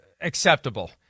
acceptable